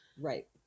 right